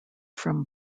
from